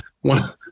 one